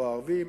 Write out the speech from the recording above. לא הערבים,